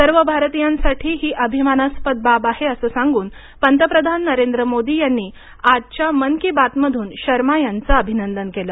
सर्व भारतियांसाठी ही अभिमानास्पद बाब आहे असं सांगून पंतप्रधान नरेंद्र मोदी यांनी आजच्या मन की बात मधून शर्मा यांचं अभिनंदन केलं